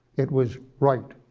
it was right.